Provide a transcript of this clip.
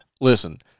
Listen